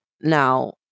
Now